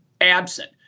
absent